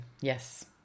Yes